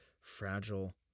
fragile